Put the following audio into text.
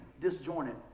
disjointed